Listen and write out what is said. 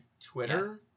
Twitter